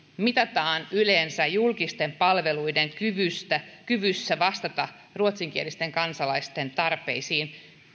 mitataan yleensä julkisten palveluiden kyvyssä kyvyssä vastata ruotsinkielisten kansalaisten tarpeisiin